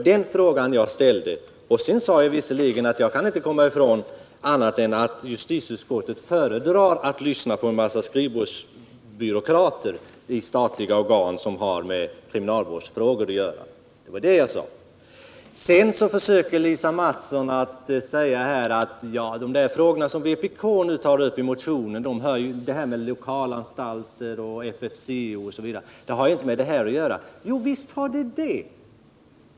Sedan sade jag visserligen att jag kan inte komma ifrån, att justitieutskottet föredrar att lyssna på en massa skrivbordsbyråkrater i statliga organ som har med kriminalvårdsfrågor att göra. Det var det jag sade. Lisa Mattson försöker göra gällande att de frågor som vpk tar upp i sin motion — frågor som rör lokalanstalter, FFCO, osv. — inte har med detta att göra. Men visst har de det!